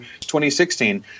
2016